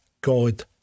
God